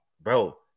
bro